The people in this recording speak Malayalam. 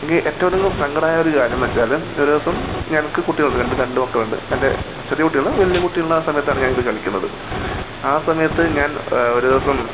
എനിക്ക് ഏറ്റവും അധികം സങ്കടം ആയ ഒരു കാര്യം എന്ന് വെച്ചാൽ ഒരു ദിവസം എനിക്ക് കുട്ടികളുണ്ട് രണ്ട് മക്കളുണ്ട് എൻ്റെ ചെറിയ കുട്ടികളാണ് വലിയ കുട്ടികളിൻറെ ആ സമയത്താണ് ഞാൻ ഇത് കളിക്കുന്നത് ആ സമയത്ത് ഞാൻ ഒരു ദിവസം